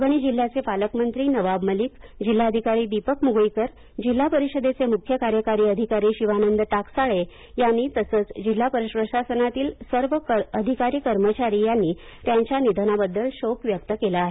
परभणी जिल्ह्याचे पालकमंत्री नवाब मलिक जिल्हाधिकारी दीपक मुगळीकर जिल्हा परिषदेचे मुख्य कार्यकारी अधिकारी शिवानंद टाकसाळे यांनी तसच जिल्हा प्रशासनातील सर्व अधिकारी कर्मचारी यांनी त्यांच्या निधनाबद्दल शोक व्यक्त केला आहे